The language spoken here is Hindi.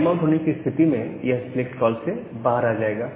टाइम आउट होने की स्थिति में यह सिलेक्ट कॉल से बाहर आ जाएगा